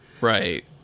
Right